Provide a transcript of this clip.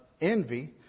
envy